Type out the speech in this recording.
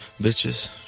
Bitches